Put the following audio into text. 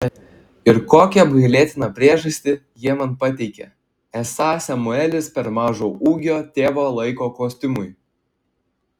ir kokią apgailėtiną priežastį jie man pateikė esą samuelis per mažo ūgio tėvo laiko kostiumui